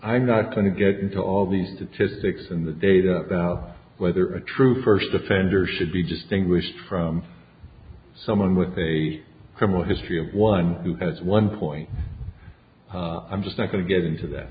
i'm not going to get into all these statistics in the data whether a true first offender should be just english from someone with a criminal history of one who has one point i'm just not going to get into that